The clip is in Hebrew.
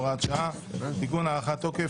הוראת שעה) (תיקון) (הארכת תוקף),